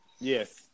Yes